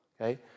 Okay